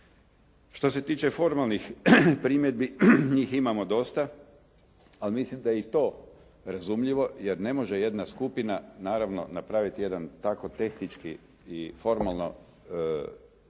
Što se tiče formalnih primjedbi njih imamo dosta, ali mislim da je i to razumljivo, jer ne može jedna skupina naravno napraviti jedan tako tehnički i formalno dovoljno